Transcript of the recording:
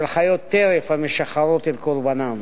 של חיות טרף המשחרות אל קורבנן.